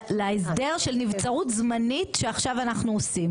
להסדר של נבצרות זמנית שעכשיו אנחנו עושים,